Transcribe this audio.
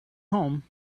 home